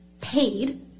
paid